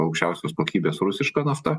aukščiausios kokybės rusiška nafta